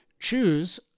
choose